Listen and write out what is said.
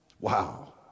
wow